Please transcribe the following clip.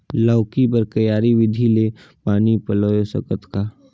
लौकी बर क्यारी विधि ले पानी पलोय सकत का?